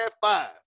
five